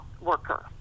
worker